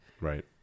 Right